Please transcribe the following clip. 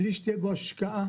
בלי שתהיה בו השקעה,